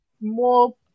more